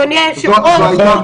רגע, סליחה.